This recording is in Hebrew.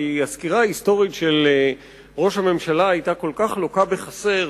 כי הסקירה ההיסטורית של ראש הממשלה היתה כל כך לוקה בחסר,